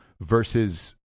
versus